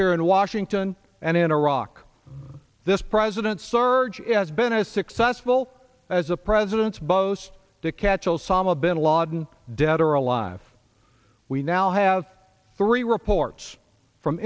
here in washington and in iraq this president's surge has been as successful as a president's boast to catch osama bin laden dead or alive we now have three reports from